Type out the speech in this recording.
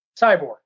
cyborg